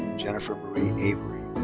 jennifer marie avery.